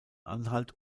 anhalt